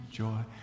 joy